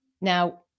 Now